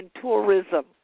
tourism